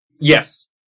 Yes